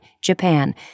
Japan